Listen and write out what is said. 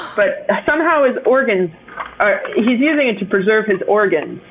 but somehow his organs he's using it to preserve his organs.